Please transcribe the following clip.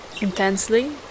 intensely